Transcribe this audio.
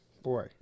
Boy